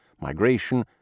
migration